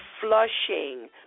flushing